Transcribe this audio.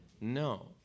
No